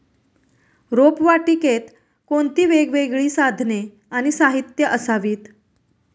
रोपवाटिकेत कोणती वेगवेगळी साधने आणि साहित्य असावीत?